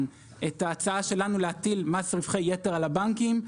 את ההצעה שלנו להטיל מס רווחי יתר על הבנקים.